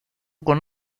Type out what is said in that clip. con